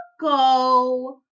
go